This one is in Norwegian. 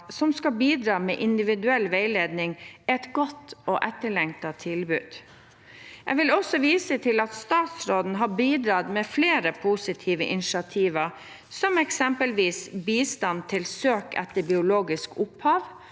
som skal bidra med individuell veiledning, er et godt og etterlengtet tilbud. Jeg vil også vise til at statsråden har bidratt med flere positive initiativer, som eksempelvis bistand til søk etter biologisk opphav,